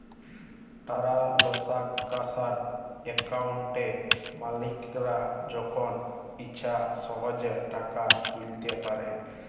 টারালসাকশাল একাউলটে মালিকরা যখল ইছা সহজে টাকা তুইলতে পারে